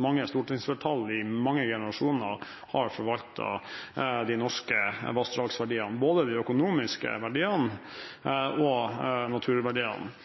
mange stortingsflertall i mange generasjoner har forvaltet de norske vassdragsverdiene på, både de økonomiske verdiene og naturverdiene.